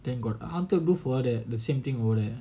then got a hunter booth where they're the same thing over there